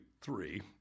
three